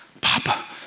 Papa